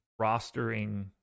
rostering